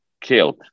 killed